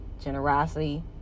generosity